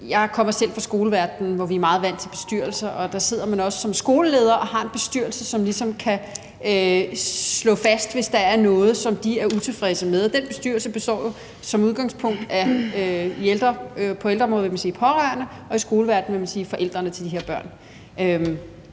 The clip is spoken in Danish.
Jeg kommer selv fra skoleverdenen, hvor vi er meget vant til bestyrelser, og der sidder man også som skoleleder og har en bestyrelse, som kan tilkendegive, hvis der er noget, som de er utilfredse med. Den bestyrelse består jo som udgangspunkt på ældreområdet af pårørende og i skoleverdenen af forældrene til børnene.